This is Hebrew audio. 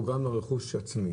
או גם נזק עצמי?